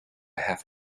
have